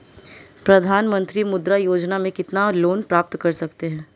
प्रधानमंत्री मुद्रा योजना में कितना लोंन प्राप्त कर सकते हैं?